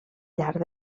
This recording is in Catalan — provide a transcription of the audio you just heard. llarg